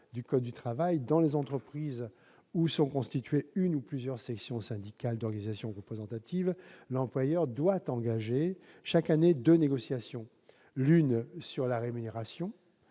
dans les entreprises où sont constituées une ou plusieurs sections syndicales d'organisations représentatives, l'employeur doit engager chaque année deux négociations : l'une sur la rémunération,